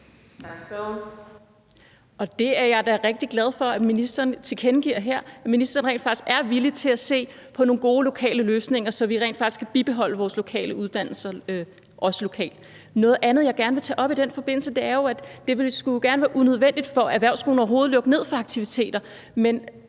Jeg er da rigtig glad for, at ministeren tilkendegiver her, at ministeren rent faktisk er villig til at se på nogle gode lokale løsninger, så vi rent faktisk kan bibeholde vores uddannelser også lokalt. Noget andet, jeg gerne vil tage op i den forbindelse, er, at det gerne skulle være unødvendigt for erhvervsskolen overhovedet at lukke ned for aktiviteter, men